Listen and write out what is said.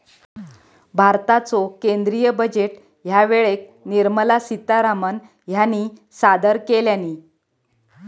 भारताचो केंद्रीय बजेट ह्या वेळेक निर्मला सीतारामण ह्यानी सादर केल्यानी